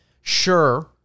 sure